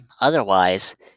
otherwise